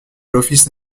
l’office